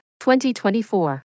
2024